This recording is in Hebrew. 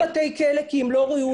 וכשיסגרו בתי כלא כי הם לא ראויים